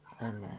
Amen